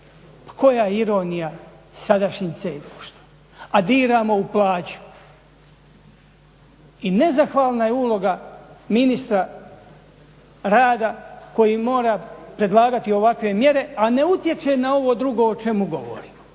koja je ironija sadašnjim …/Govornik se ne razumije./… a diramo u plaću. I nezahvalna je uloga ministra rada koji mora predlagati ovakve mjere, a ne utječe na ovo drugo o čemu govorim